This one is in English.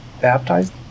baptized